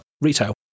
retail